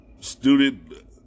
student